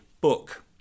book